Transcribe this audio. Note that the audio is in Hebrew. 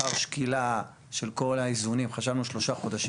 אחר שקילה של כל האיזונים חשבנו שלושה חודשים.